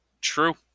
True